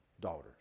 daughters